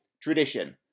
Tradition